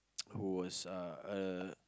who was uh a